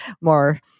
more